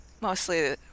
mostly